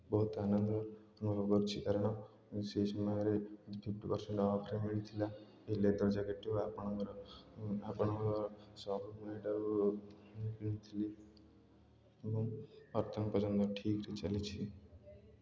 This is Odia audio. ବହୁତ ଆନନ୍ଦ ଅନୁଭବ କରିଛି କାରଣ ସେହି ସମୟରେ ଫିଫ୍ଟି ପରସେଣ୍ଟ୍ ଅଫ୍ରେ ମିଳିଥିଲା ଏଇ ଲେଦର୍ ଜ୍ୟାକେଟ୍ଟିକୁ ଆପଣଙ୍କର ଆପଣଙ୍କ ସବୁ ମୁଁ ଏଠାକୁ କିଣିଥିଲି ଏବଂ ଅର୍ଥନ ପର୍ଯ୍ୟନ୍ତ ଠିକ୍ ଚାଲିଛି